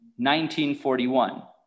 1941